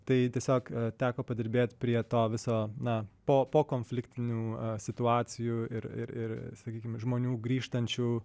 tai tiesiog teko padirbėti prie to viso na po pokonfliktinių situacijų ir ir ir sakykim žmonių grįžtančių